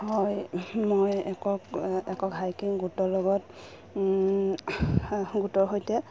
হয় মই একক একক হাইকিং গোটৰ লগত গোটৰ সৈতে